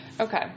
Okay